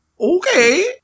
okay